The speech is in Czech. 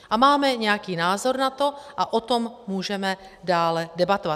A máme nějaký názor na to a o tom můžeme dále debatovat.